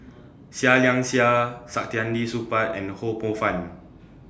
Seah Liang Seah Saktiandi Supaat and Ho Poh Fun